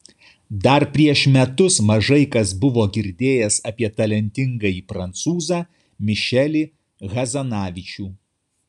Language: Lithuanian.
dar prieš metus mažai kas buvo girdėjęs apie talentingąjį prancūzą mišelį hazanavičių